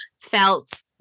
felt